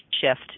shift